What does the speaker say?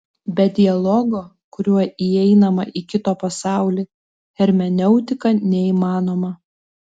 be dialogo kuriuo įeinama į kito pasaulį hermeneutika neįmanoma